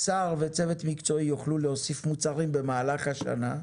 שר וצוות מקצועי יוכלו להוסיף מוצרים במהלך השנה.